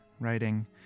writing